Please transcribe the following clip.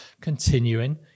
continuing